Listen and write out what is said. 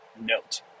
note